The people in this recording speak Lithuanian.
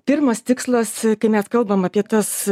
pirmas tikslas kai mes kalbam apie tas